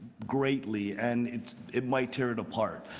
greatly, and it it might tear it apart.